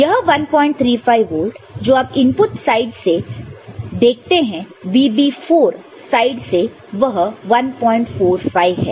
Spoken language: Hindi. यह 135 वोल्ट जो आप इनपुट साइड से देखते हैं VB4 साइड से वह 145 है